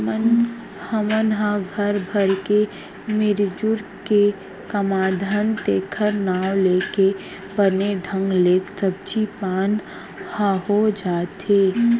हमन ह घर भर के मिरजुर के कमाथन तेखर नांव लेके बने ढंग ले सब्जी पान ह हो जाथे